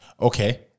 Okay